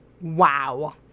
wow